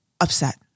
upset